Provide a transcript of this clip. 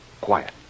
Quiet